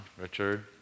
Richard